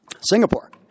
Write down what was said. Singapore